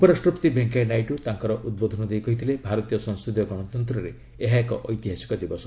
ଉପରାଷ୍ଟ୍ରପତି ଭେଙ୍କୟା ନାଇଡ଼ୁ ତାଙ୍କର ଉଦ୍ବୋଧନ ଦେଇ କହିଥିଲେ ଭାରତୀୟ ସଂସଦୀୟ ଗଣତନ୍ତ୍ରରେ ଏହା ଏକ ଐତିହାସିକ ଦିବସ